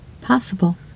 possible